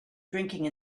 drinking